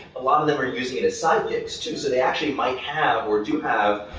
a lot of them are using it as side gigs too, so they actually might have, or do have,